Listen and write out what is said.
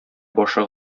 башы